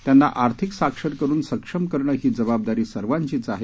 त्यांना आर्थिक साक्षर करून सक्षम करणे ही जबाबदारी सर्वांचीच आहे